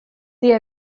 det